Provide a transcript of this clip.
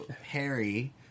harry